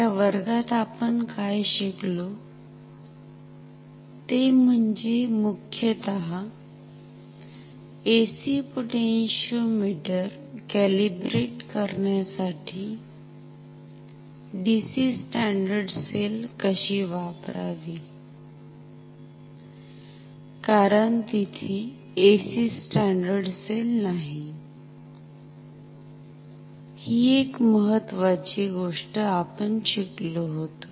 त्या वर्गात आपण काय शिकलो ते म्हणजे मुख्यतः AC पोटॅन्शिओमिटर कॅलिब्रेट करण्यासाठी DC स्टॅंडर्ड सेल कशी वापरावी कारण तिथे AC स्टॅंडर्ड सेल नाही हि एक महत्वाची गोष्ट आपण शिकलो होतो